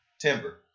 Timber